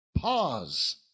PAUSE